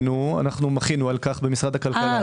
מחינו על כך במשרד הכלכלה.